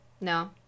No